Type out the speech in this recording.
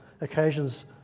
occasions